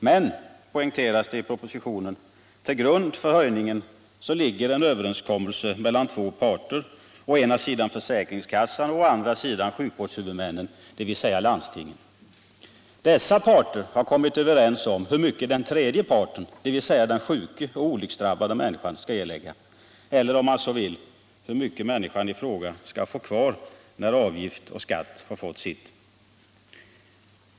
Men, poängteras det i propositionen, till grund för höjningen ligger en överenskommelse mellan två parter: å ena sidan försäkringskassan och å andra sidan sjukvårdshuvudmännen, dvs. landstingen. Dessa parter har kommit överens om hur mycket den tredje parten, dvs. den sjuka eller olycksdrabbade människan, skall erlägga eller, om man så vill, hur mycket människan i fråga skall få kvar när avgift och skatt har fått sitt.